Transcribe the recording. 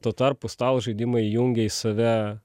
tuo tarpu stalo žaidimai jungia į save